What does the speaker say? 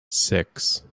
six